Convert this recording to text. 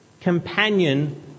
companion